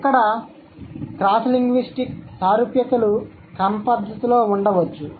ఇక్కడ cross linguistic సారూప్యతలు క్రమపద్ధతిలో ఉండవచ్చు